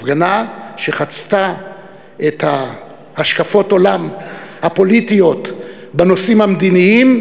הפגנה שחצתה את השקפות העולם הפוליטיות בנושאים המדיניים,